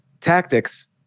tactics